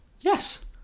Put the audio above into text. Yes